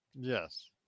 Yes